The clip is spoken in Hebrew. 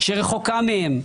שרחוקה מהם,